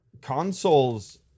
Consoles